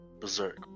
berserk